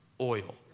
oil